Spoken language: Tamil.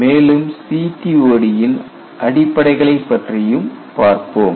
மேலும் CTOD ன் அடிப்படைகளை பற்றியும் பார்ப்போம்